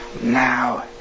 Now